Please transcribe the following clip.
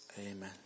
Amen